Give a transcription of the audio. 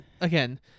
again